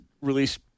release